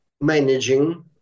managing